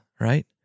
right